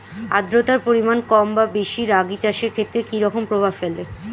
আদ্রতার পরিমাণ কম বা বেশি রাগী চাষের ক্ষেত্রে কি রকম প্রভাব ফেলে?